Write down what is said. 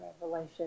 Revelation